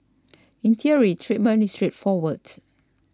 in theory treatment is straightforward